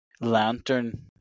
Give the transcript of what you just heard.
lantern